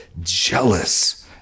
jealous